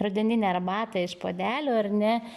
rudeninę arbatą iš puodelių ar ne